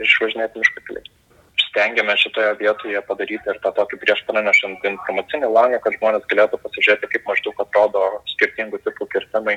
išvažinėti miško keliai stengiamės šitoje vietoje padaryti ir tą tokį prieš pranešant informacinį langą kad žmonės galėtų pasižiūrėti kaip maždaug atrodo skirtingų tipų kirtimai